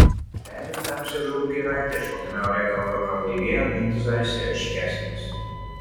perėjo tamsią ąžuolų giraitę šaltame ore galva prablaivėjo mintys darėsi aiškesnės